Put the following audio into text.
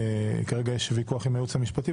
כרגע יש ויכוח עם הייעוץ המשפטי,